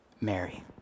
Mary